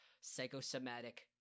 psychosomatic